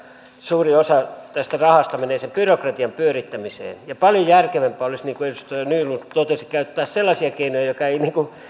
suuri osa tästä rahasta menee sen byrokratian pyörittämiseen ja paljon järkevämpää olisi niin kuin edustaja nylund totesi käyttää sellaisia keinoja jotka eivät